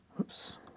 Oops